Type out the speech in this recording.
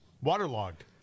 Waterlogged